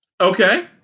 Okay